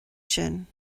sin